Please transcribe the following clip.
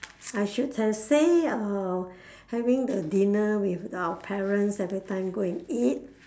I should have say uh having the dinner with our parents every time go and eat